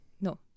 No